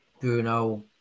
Bruno